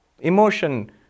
Emotion